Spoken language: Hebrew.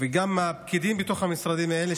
וגם הפקידים במשרדים האלה,